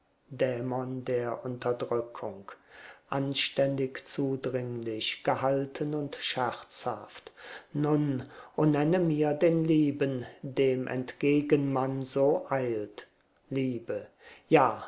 dämon der unterdrückung anständig zudringlich gehalten und scherzhaft nun o nenne mir den lieben dem entgegen man so eilt liebe ja